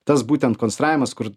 tas būtent konstravimas kur